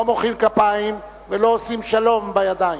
לא מוחאים כפיים ולא עושים שלום בידיים.